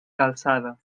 calçada